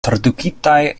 tradukitaj